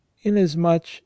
inasmuch